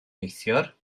neithiwr